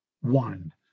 one